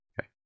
Okay